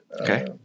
Okay